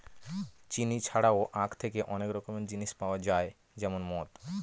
চিনি ছাড়াও আঁখ থেকে অনেক রকমের জিনিস পাওয়া যায় যেমন মদ